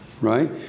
Right